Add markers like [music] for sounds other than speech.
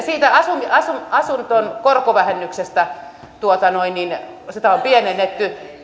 [unintelligible] siitä asunnon korkovähennyksestä sitä on pienennetty